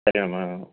సరే అమ్మ